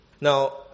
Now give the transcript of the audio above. Now